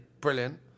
brilliant